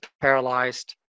paralyzed